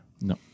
No